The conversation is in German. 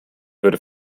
würde